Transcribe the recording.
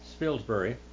Spilsbury